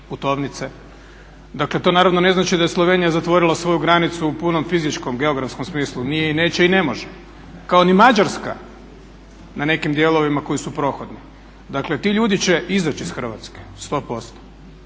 putovnice. Dakle, to naravno ne znači da je Slovenija zatvorila svoju granicu u punom fizičkom, geografskom smislu. Nije i neće i ne može kao ni Mađarska na nekim dijelovima koji su prohodni. Dakle, ti ljudi će izaći iz Hrvatske sto